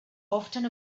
often